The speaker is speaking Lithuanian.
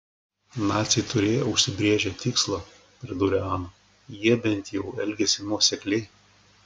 naciai turėjo užsibrėžę tikslą pridūrė ana jie bent jau elgėsi nuosekliai